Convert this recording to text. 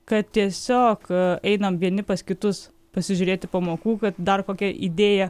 kad tiesiog einam vieni pas kitus pasižiūrėti pamokų kad dar kokią idėją